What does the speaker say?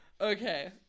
Okay